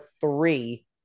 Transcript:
three